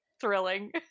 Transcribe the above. thrilling